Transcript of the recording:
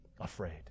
afraid